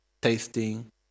tasting